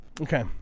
Okay